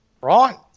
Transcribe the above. right